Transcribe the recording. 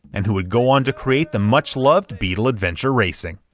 and who would go on to create the much-loved beetle adventure racing.